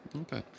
Okay